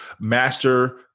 master